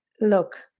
look